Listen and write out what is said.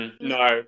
No